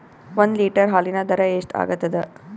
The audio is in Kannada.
ಒಂದ್ ಲೀಟರ್ ಹಾಲಿನ ದರ ಎಷ್ಟ್ ಆಗತದ?